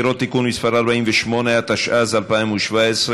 נחמן שי הצביע בעד על החוק ורוצה להימנע,